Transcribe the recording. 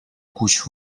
куҫ